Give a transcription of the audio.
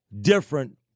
different